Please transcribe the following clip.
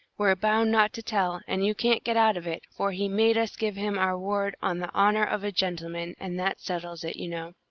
we're bound not to tell, and you can't get out of it, for he made us give him our word on the honour of a gentleman and that settles it, you know.